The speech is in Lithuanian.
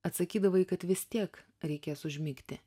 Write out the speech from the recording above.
atsakydavai kad vis tiek reikės užmigti